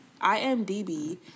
IMDB